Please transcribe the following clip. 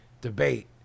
debate